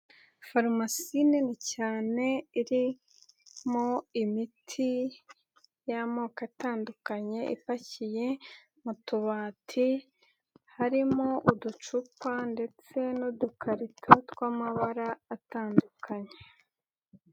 Farumasi nini cyane iri mo imiti y'amoko atandukanye ipakiye mu tubati, harimo uducupa ndetse n'udukarito tw'amabara atandukanye.